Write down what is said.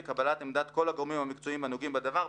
וקבלת עמדת כל הגורמים המקצועיים הנוגעים בדבר,